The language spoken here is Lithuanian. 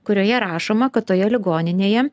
kurioje rašoma kad toje ligoninėje